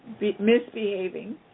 misbehaving